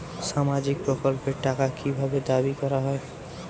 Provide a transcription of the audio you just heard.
সামাজিক প্রকল্পের টাকা কি ভাবে দাবি করা হয়?